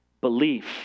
belief